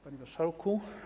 Panie Marszałku!